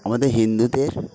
আমাদের হিন্দুদের